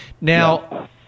Now